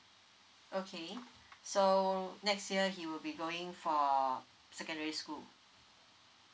okay so next year he will be going for secondary school